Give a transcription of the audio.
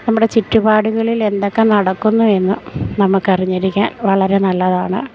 നമ്മുടെ ചുറ്റുപാടുകളിൽ എന്തൊക്കെ നടക്കുന്നു എന്ന് നമുക്കറിഞ്ഞിരിക്കാൻ വളരെ നല്ലതാണ്